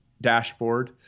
dashboard